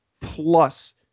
plus